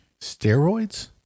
Steroids